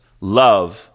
Love